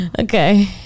Okay